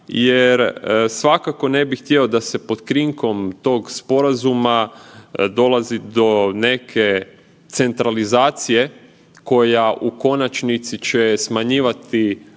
jer svakako ne bih htio da se pod krinkom tog sporazuma dolazi do neke centralizacije koja u konačnici će smanjivati